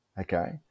okay